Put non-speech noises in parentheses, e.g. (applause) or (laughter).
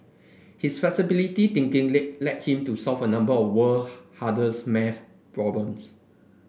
his flexible thinking lit led him to solve a number of world (unintelligible) hardest maths problems